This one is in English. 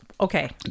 Okay